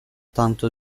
tanto